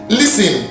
listen